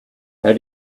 how